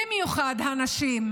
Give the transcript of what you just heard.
במיוחד הנשים